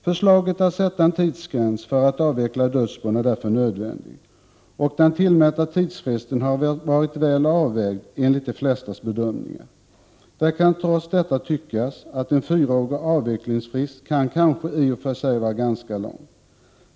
Förslaget om att sätta en tidsgräns för att avveckla dödsbon är därför nödvändigt, och den tillmätta tidsfristen har varit väl avvägd enligt flertalets bedömningar. Trots det kan en fyraårig avvecklingsfrist i och för sig tyckas ganska lång.